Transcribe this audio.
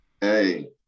Hey